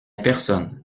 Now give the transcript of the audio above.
personne